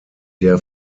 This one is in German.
der